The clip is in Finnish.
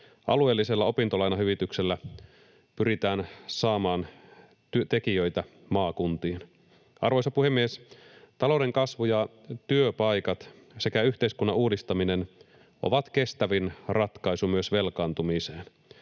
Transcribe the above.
Alueellisella opintolainahyvityksellä pyritään saamaan tekijöitä maakuntiin. Arvoisa puhemies! Talouden kasvu ja työpaikat sekä yhteiskunnan uudistaminen ovat kestävin ratkaisu myös velkaantumiseen.